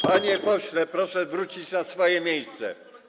Panie pośle, proszę wrócić na swoje miejsce.